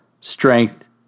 strength